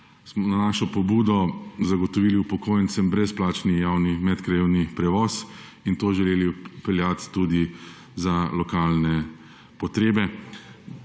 smo na našo pobudo zagotovili upokojencem brezplačni javni medkrajevni prevoz, in to želeli vpeljati tudi za lokalne potrebe.